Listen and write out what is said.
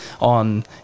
on